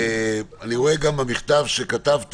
אני רואה במכתב שכתבת